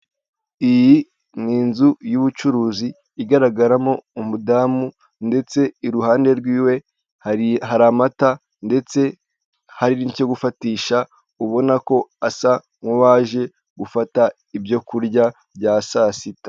Iyi ni inzu y'ubucuruzi igaragaramo umudamu ndetse iruhande rwiwe hari amata ndetse hari n'icyo gufatisha, ubona ko asa nk'uwaje gufata ibyo kurya bya saa sita.